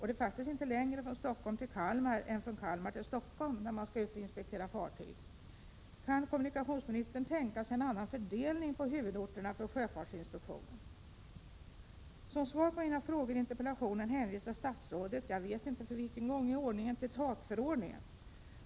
Det är faktiskt inte längre från Stockholm till Kalmar än från Kalmar till Stockholm, när man skall ut och inspektera fartyg. Kan kommunikationsministern tänka sig en annan fördelning på huvudorterna för sjöfartsinspektionen? Som svar på mina frågor i interpellationen hänvisar statsrådet, jag vet inte för vilken gång i ordningen, till TAK-förordningen.